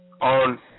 on